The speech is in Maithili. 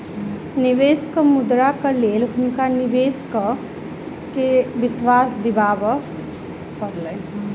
निवेशक मुद्राक लेल हुनका निवेशक के विश्वास दिआबय पड़लैन